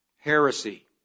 heresy